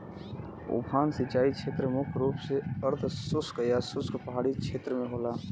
उफान सिंचाई छेत्र मुख्य रूप से अर्धशुष्क या शुष्क पहाड़ी छेत्र में होला